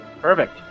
Perfect